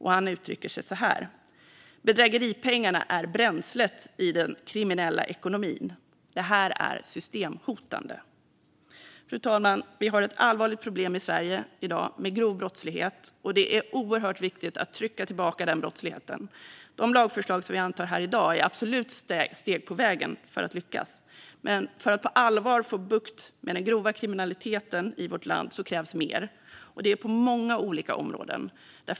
Han uttrycker att bedrägeripengarna är bränslet i den kriminella ekonomin och att det här är systemhotande. Fru talman! Vi har i dag ett allvarligt problem i Sverige med grov brottslighet, och det är oerhört viktigt att trycka tillbaka den brottsligheten. De lagförslag som antas här i dag är absolut steg på vägen för att lyckas, men för att på allvar få bukt med den grova kriminaliteten i vårt land krävs mer - på många olika områden.